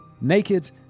naked